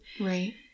Right